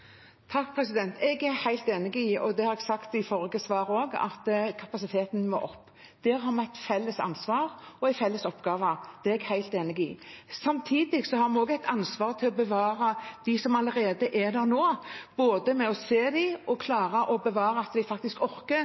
Jeg er helt enig i – og det sa jeg i det forrige oppfølgingsspørsmålet også – at kapasiteten må opp. Der har vi et felles ansvar og en felles oppgave. Det er jeg helt enig i. Samtidig har vi også et ansvar for å bevare dem som allerede er der nå, både ved å se dem og ved å sørge for at de orker